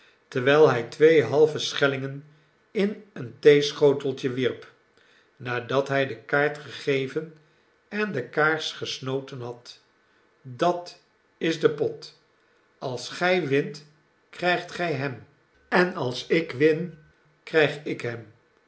terwijl hij twee halve schellingen in een theeschoteltje wierp nadat hij de kaart gegeven en de kaars gesnoten had dat is de pot als gij wint krygt gij hem en als ik win krijg ik hem